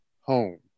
home